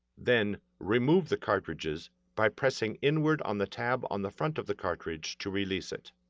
then, remove the cartridges by pressing inward on the tab on the front of the cartridge to release it.